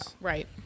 right